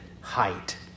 height